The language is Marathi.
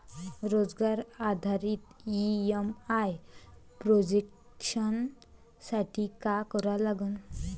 रोजगार आधारित ई.एम.आय प्रोजेक्शन साठी का करा लागन?